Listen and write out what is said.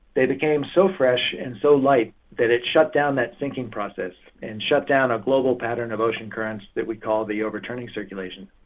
they became so fresh and so light that it shut down that sinking process. and shut down a global pattern of ocean currents that we call the overturning circulation.